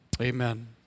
Amen